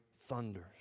thunders